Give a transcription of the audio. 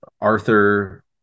Arthur